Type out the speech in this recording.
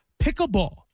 Pickleball